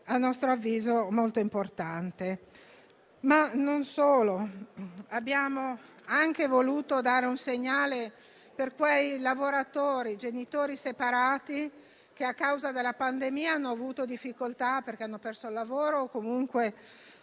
a nostro avviso, molto importante. Non solo, abbiamo anche voluto dare un segnale per quei lavoratori, genitori separati, che a causa della pandemia hanno avuto difficoltà perché hanno perso il lavoro o comunque